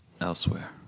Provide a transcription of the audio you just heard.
elsewhere